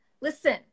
listen